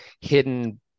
hidden